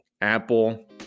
Apple